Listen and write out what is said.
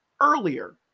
earlier